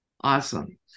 Awesome